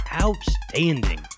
Outstanding